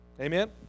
amen